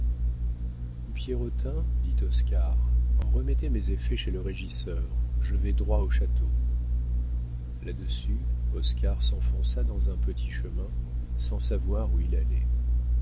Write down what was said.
pierrotin dit oscar remettez mes effets chez le régisseur je vais droit au château là-dessus oscar s'enfonça dans un petit chemin sans savoir où il allait